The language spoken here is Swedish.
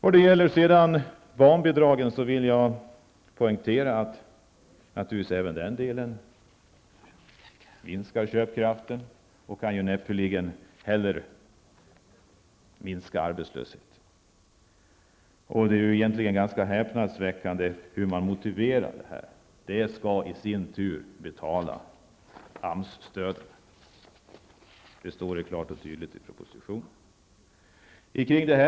Även beslutet om barnbidragen, vill jag poängtera, minskar köpkraften och kan näppeligen bidra till att minska arbetslösheten. Det är ganska häpnadsväckande hur man motiverar beslutet. Pengarna skall i stället gå till AMS-stöd, det står klart och tydligt i propositionen.